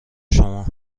شما